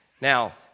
Now